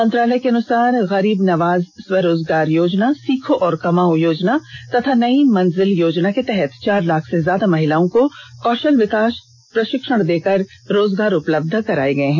मंत्रालय के अनुसार गरीब नवाज स्वरोजगार योजना सीखो और कमाओ योजना तथा नई मंजिल योजना के तहत चार लाख से ज्यादा महिलाओं को कौशल विकास प्रशिक्षण देकर रोजगार उपलब्ध कराये गये हैं